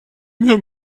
mieux